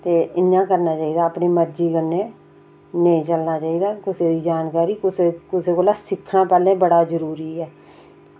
ते इंया करना चाहिदा अपनी मर्ज़ी कन्नै नेईं चलना चाहिदा कुसै दी जानकारी कुसै कोला पैह्लें सिक्खना बड़ा जरूरी ऐ